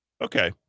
Okay